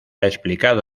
explicado